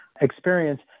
experience